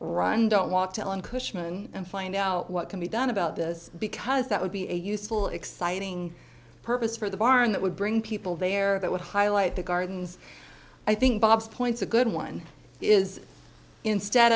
run don't walk to on cushman and find out what can be done about this because that would be a useful exciting purpose for the barn that would bring people there that would highlight the gardens i think bob's point's a good one is instead